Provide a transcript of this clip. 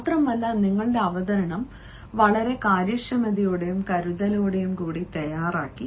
മാത്രമല്ല നിങ്ങളുടെ അവതരണം വളരെ കാര്യക്ഷമതയോടും കരുതലോടും കൂടി തയ്യാറാക്കി